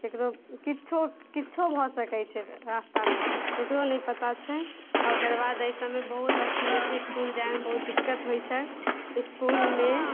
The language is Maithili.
ककरो किछु किछु भऽ सकै छै रस्तामे ककरो नहि पता छै आओर एकर बाद एहिसबमे बहुत अथी होइ छै इसकुल जाइमे बहुत दिक्कत होइ छै इसकुलमे